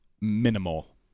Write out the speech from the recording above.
Minimal